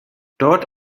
dort